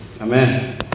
Amen